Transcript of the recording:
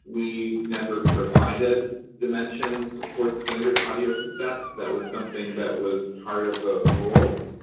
we never provided dimensions for standard audiocassettes. that was something that was part of the rules.